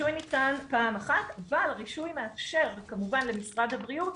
רישוי ניתן פעם אחת אבל הרישוי מאפשר כמובן למשרד הבריאות,